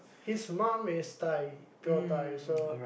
his mum is Thai pure Thai so